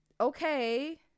okay